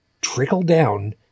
trickle-down